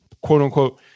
quote-unquote